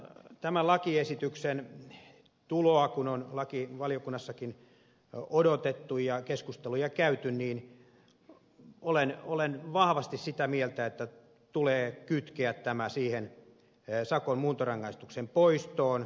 tämän lakiesityksen tuloa kun on lakivaliokunnassakin odotettu ja keskusteluja käyty olen vahvasti sitä mieltä että tämä tulee kytkeä sakon muuntorangaistuksen poistoon